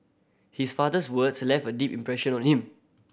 his father's words left a deep impression on him